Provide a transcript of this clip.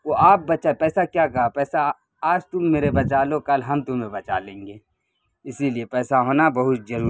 وہ آپ بچا پیسہ کیا کہا پیسہ آج تم میرے بچا لو کل ہم تمہیں بچا لیں گے اسی لیے پیسہ ہونا بہت ضرور